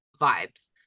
vibes